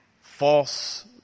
false